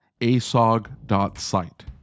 asog.site